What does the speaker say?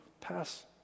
pass